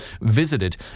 visited